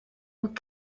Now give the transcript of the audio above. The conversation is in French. nous